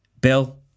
bill